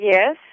Yes